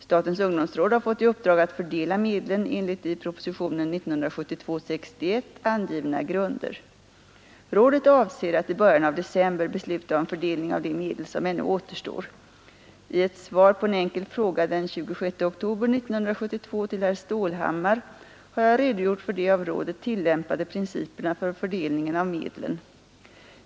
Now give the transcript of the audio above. Statens ungdomsråd har fått i uppdrag att fördela medlen enligt i propositionen 61 år 1972 angivna grunder. Rådet avser att i början av december besluta om fördelning av de medel som ännu återstår. I ett svar på en enkel fråga den 26 oktober 1972 till herr Stålhammar har jag redogjort för de av rådet tillämpade principerna för fördelningen av medlen.